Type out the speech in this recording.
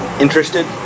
interested